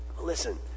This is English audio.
Listen